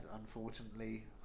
unfortunately